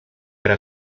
hará